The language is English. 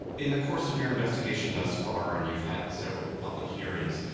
in the course of your investigation thus far, and you've had several public hearings,